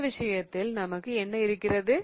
இந்த விஷயத்தில் நமக்கு என்ன இருக்கிறது